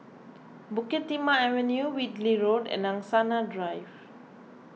Bukit Timah Avenue Whitley Road and Angsana Drive